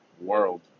world